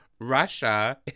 Russia